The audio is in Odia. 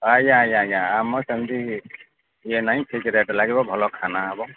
ଆଜ୍ଞା ଆଜ୍ଞା ଆଜ୍ଞା ଆମ ସେମିତି ଇଏ ନାହିଁ ଠିକ୍ ରେଟ୍ ଲାଗିବ ଭଲ ଖାନା ହବ